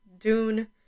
Dune